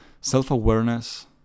Self-awareness